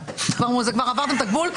כבר עברתם את הגבול,